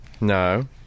No